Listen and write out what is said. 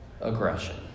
aggression